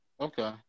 Okay